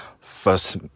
First